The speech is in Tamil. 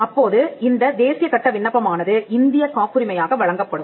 அப்பொழுது இந்த தேசிய கட்ட விண்ணப்பம் ஆனது இந்தியக் காப்புரிமையாக வழங்கப்படும்